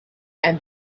and